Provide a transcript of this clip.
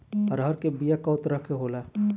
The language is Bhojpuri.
अरहर के बिया कौ तरह के होला?